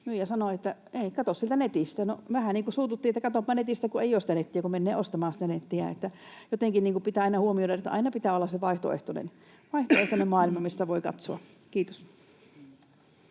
vähän niin kuin suututti, että katsopa netistä, kun ei ole sitä nettiä, kun menee ostamaan sitä nettiä. Että jotenkin pitää aina huomioida, että aina pitää olla se vaihtoehtoinen maailma, mistä voi katsoa. — Kiitos.